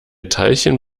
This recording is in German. teilchen